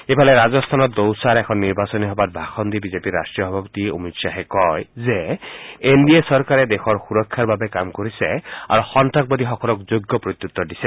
ইফালে ৰাজস্থানৰ দৌচাৰ এখন নিৰ্বাচনী সভাত ভাষণ দি বিজেপিৰ ৰাট্টীয় সভাপতি অমিত খাহে কয় যে এন ডি এ চৰকাৰে দেশৰ সুৰক্ষাৰ বাবে কাম কৰিছে আৰু সন্তাসবাদীসকলক যোগ্য প্ৰত্যুত্তৰ দিছে